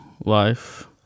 life